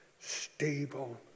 stable